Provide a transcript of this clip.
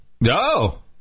No